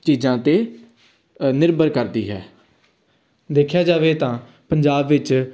ਚੀਜ਼ਾਂ 'ਤੇ ਨਿਰਭਰ ਕਰਦੀ ਹੈ ਦੇਖਿਆ ਜਾਵੇ ਤਾਂ ਪੰਜਾਬ ਵਿੱਚ